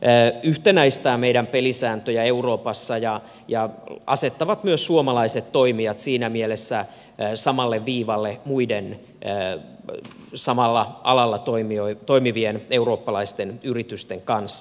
tämä yhtenäistää meidän pelisääntöjämme euroopassa ja asettaa myös suomalaiset toimijat siinä mielessä samalle viivalle muiden samalla alalla toimivien eurooppalaisten yritysten kanssa